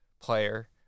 player